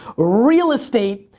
real estate,